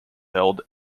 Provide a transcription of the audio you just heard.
held